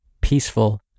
peaceful